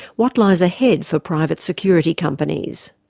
what lies ahead for private security companies?